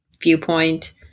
viewpoint